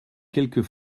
quelques